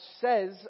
says